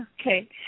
Okay